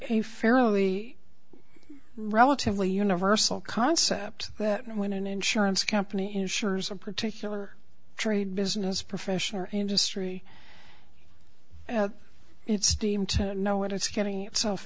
a fairly relatively universal concept that when an insurance company insurers a particular trade business profession or industry it's steam to know what it's getting itself